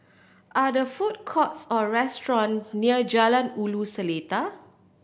are there food courts or restaurants near Jalan Ulu Seletar